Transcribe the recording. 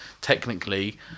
technically